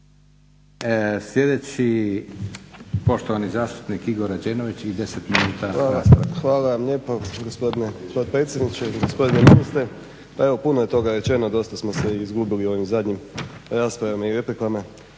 Sljedeći poštovani zastupnik Igor Rađenović i 10 minuta rasprava. **Rađenović, Igor (SDP)** Hvala vam lijepa gospodine potpredsjedniče, gospodine ministre. Pa evo puno je toga rečeno, dosta smo se i izgubili u ovim zadnjim raspravama i replikama